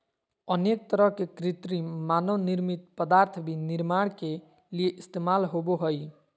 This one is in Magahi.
अनेक तरह के कृत्रिम मानव निर्मित पदार्थ भी निर्माण के लिये इस्तेमाल होबो हइ